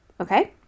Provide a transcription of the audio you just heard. Okay